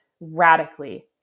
radically